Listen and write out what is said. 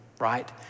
right